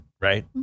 right